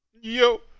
Yo